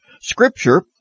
Scripture